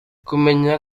kumenya